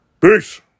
Peace